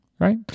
Right